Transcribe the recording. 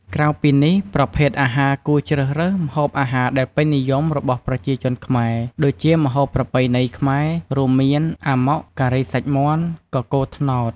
ក្រៅពីនេះ ប្រភេទអាហារគួរជ្រើសរើសម្ហូបអាហារដែលពេញនិយមរបស់ប្រជាជនខ្មែរ ដូចជា ម្ហូបប្រពៃណីខ្មែរ រួមមាន អាម៉ុក ការីសាច់មាន់ កកូរត្នោត។